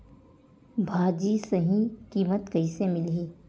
भाजी सही कीमत कइसे मिलही?